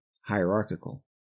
hierarchical